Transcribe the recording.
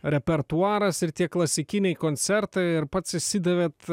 repertuaras ir tie klasikiniai koncertai ir pats išsidavėt